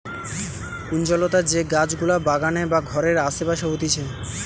কুঞ্জলতা যে গাছ গুলা বাগানে বা ঘরের আসে পাশে হতিছে